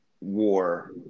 war